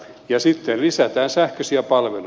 ja sitten lisätään sähköisiä palveluja